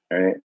Right